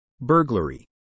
Burglary